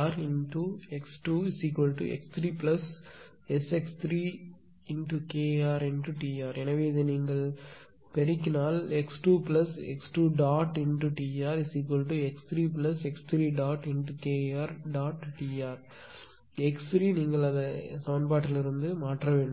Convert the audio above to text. அதனால் 1STrx2x3Sx3KrTr எனவே இதை நீங்கள் பெருக்கினால் x2x2Trx3x3KrTr that நீங்கள் அந்த சமன்பாட்டிலிருந்து மாற்ற வேண்டும்